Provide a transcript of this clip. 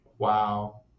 Wow